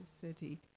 city